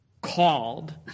called